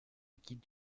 guide